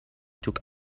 took